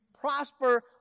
prosper